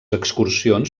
excursions